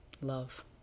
love